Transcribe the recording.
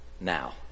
now